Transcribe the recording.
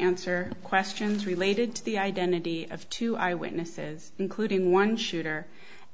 answer questions related to the identity of two eyewitnesses including one shooter